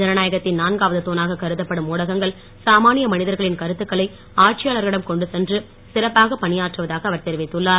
ஜனநாயகத்தின் நான்காவது தூணாக கருதப்படும் ஊடகங்கள் சாமானிய மனிதர்களின் கருத்துக்களை ஆட்சியாளர்களிடம் கொண்டு சென்று சிறப்பாக பணியாற்றுவதாக அவர் தெரிவித்துள்ளார்